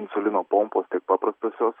insulino pompos tiek paprastosios